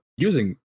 Using